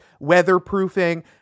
weatherproofing